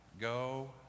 Go